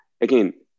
Again